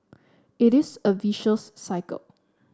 it is a vicious cycle